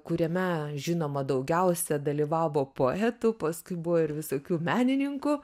kuriame žinoma daugiausia dalyvavo poetų paskui buvo ir visokių menininkų